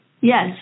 Yes